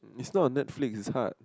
it's not a Netflix it's hard